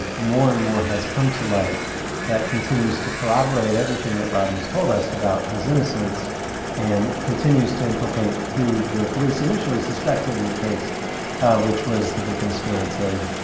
more and more has come to life that continues to corroborate everything that rodney's told us about his innocence and continues to implicate who the police initially suspected in the case which was the victim's fiance,